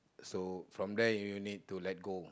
so from there you need to let go